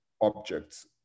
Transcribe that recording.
objects